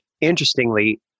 Interestingly